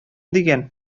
дигән